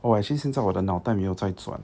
oh actually 现在我的脑袋没有在转